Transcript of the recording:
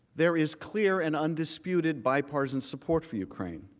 there is clear and undisputed bipartisan support for ukraine.